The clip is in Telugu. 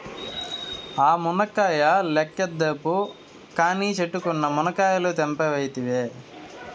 ఆ మునక్కాయ లెక్కేద్దువు కానీ, చెట్టుకున్న మునకాయలు తెంపవైతివే